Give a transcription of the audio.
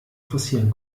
passieren